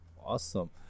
Awesome